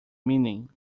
meaning